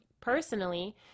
personally